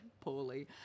poorly